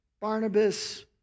Barnabas